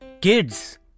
Kids